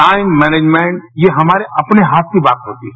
time management यह हमारे अपने हाथ की बात होती है